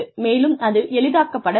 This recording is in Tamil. மேலும் அது எளிதாக்கப்பட வேண்டும்